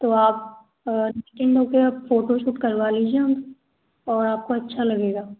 तो आप बुकिंग ले के आप फ़ोटोशूट करवा लीजिए हम और आपको अच्छा लगेगा